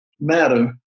Matter